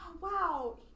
wow